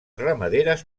ramaderes